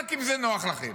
רק אם זה נוח לכם.